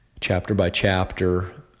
chapter-by-chapter